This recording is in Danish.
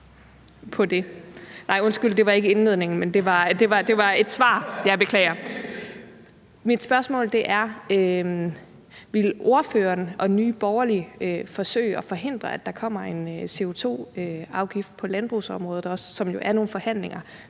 fokus. Nej, undskyld, det var ikke i indledningen, men det var i et svar. Jeg beklager. Mit spørgsmål er: Vil ordføreren og Nye Borgerlige forsøge at forhindre, at der også kommer en CO2-afgift på landbrugsområdet? Det er jo nogle forhandlinger,